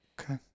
Okay